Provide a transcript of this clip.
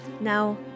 Now